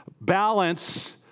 balance